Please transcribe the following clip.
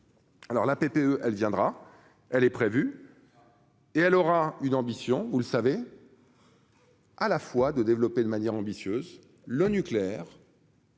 Alors la PPE, elle viendra, elle est prévue et elle aura une ambition, vous le savez. à la fois de développer de manière ambitieuse : le nucléaire.